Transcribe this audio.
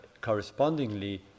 correspondingly